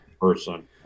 person